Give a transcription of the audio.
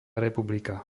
republika